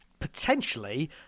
potentially